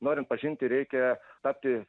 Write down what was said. norint pažinti reikia tapti